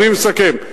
אני מסכם.